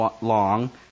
long